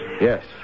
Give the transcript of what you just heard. Yes